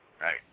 Right